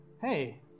Hey